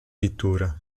pittura